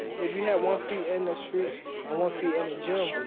if you had one feet in the streets and one feet in a gym,